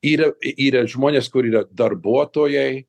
yra yra žmonės kur yra darbuotojai